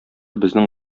безнең